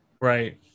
right